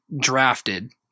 drafted